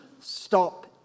stop